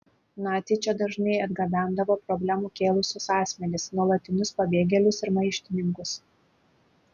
naciai čia dažnai atgabendavo problemų kėlusius asmenis nuolatinius pabėgėlius ir maištininkus